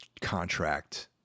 contract